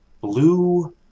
blue